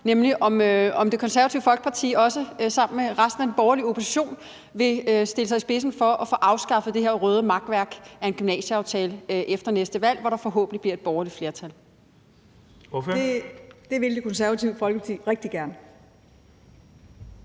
nemlig om Det Konservative Folkeparti sammen med resten af den borgerlige opposition også vil stille sig i spidsen for at få afskaffet det her røde makværk af en gymnasieaftale efter næste valg, hvor der forhåbentlig bliver et borgerligt flertal. Kl. 12:05 Den fg. formand (Jens